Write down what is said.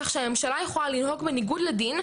כך שהממשלה יכולה לנהוג בניגוד לדין,